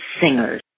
singers